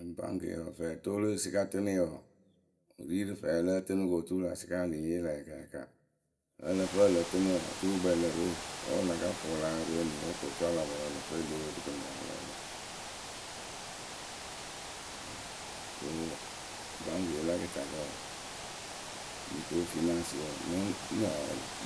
Mɨŋ baŋkǝyǝ fɛɛtoolusɩkatɨnɨyǝ wǝǝ wɨ ri rɨ fɛɛ ǝ lǝ́ǝ tɨnɨ kɨ oturu lä sɩkayǝ lɨŋ yee lǝ̈ yakayaka wǝ́ ǝ lǝ fɨ ǝ lǝ tɨnɨ wǝǝ oturu wɨ kpɛlɩ lǝ̈ rɨ we wǝ́ wɨ la ka fʊʊ wɨ la ro eniyǝ rɛ ko oturu a la pɔrʊ ǝ lǝ fɨ e le yee we kɨtɨŋkǝ a ya ǝ lǝ́ǝ pɨ wǝ. rɨ. baŋkɨyǝ we la kɨtakǝ wǝǝ mikɨrofinaŋsɨyǝ wǝǝ mɨ ŋ́ nǝǝ